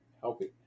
helping